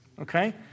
Okay